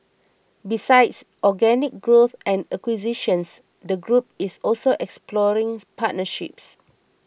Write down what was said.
besides organic growth and acquisitions the group is also exploring partnerships